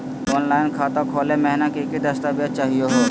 Online खाता खोलै महिना की की दस्तावेज चाहीयो हो?